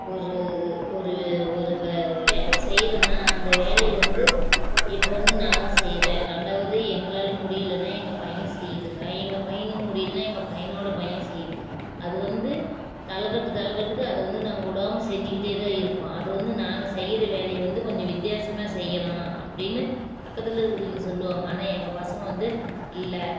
ஒரு இது ஒரு ஒரு க வேலை செய்யறோன்னா அந்த வேலையை வந்து இப்போ வந்து நானும் செய்யறேன் ரெண்டாவது எங்களால் முடியலேன்னா எங்கள் பையன் செய்யுதுங்க எங்கள் பையனுக்கு முடியலேன்னா எங்கள் பையனோட பையன் செய்து அது வந்து தலைகட்டு தலைகட்டுக்கு அதை வந்து நாங்கள் விடாம செஞ்சுக்கிட்டேதான் இருக்கோம் அது வந்து நாங்கள் செய்யுற வேலையை வந்து கொஞ்ச வித்தியாசமாக செய்யலாம் அப்படின்னு பக்கத்தில் இருக்கிறவிங்க சொல்லுவாங்க ஆனால் எங்கள் பசங்க வந்து இல்லை